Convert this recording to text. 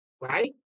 right